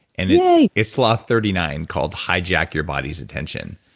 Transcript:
and yeah it's law thirty nine, called hijack your body's intention.